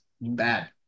bad